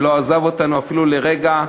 שלא עזב אותנו אפילו לרגע,